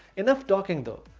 enough talking though.